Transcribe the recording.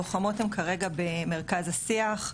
לוחמות הן כרגע במרכז השיח,